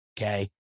Okay